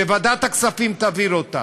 שוועדת הכספים תעביר אותה,